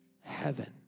heaven